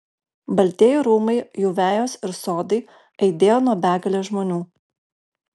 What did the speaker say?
baltieji rūmai jų vejos ir sodai aidėjo nuo begalės žmonių